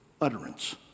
Utterance